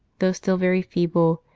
though still very feeble,